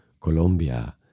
Colombia